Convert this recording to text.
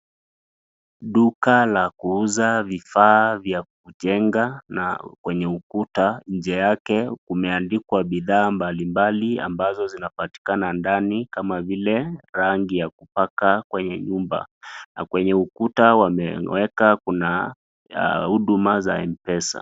Duka la kuuza vifaa vya kujenga na kwenye ukuta nje yake imeandikwa bithaa mbali mbali ambazo zinapatikana ndani kama vile; rangi ya kupaka kwenye nyumba na kwenye ukuta wameweka kuna huduma za mpesa.